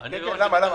החלטה,